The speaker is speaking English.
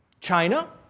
China